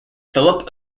philip